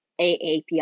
AAPI